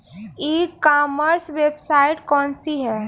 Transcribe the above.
ई commerce website कौन सी है?